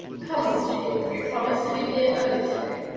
come, mr. yorke, you promised to be here early to-day.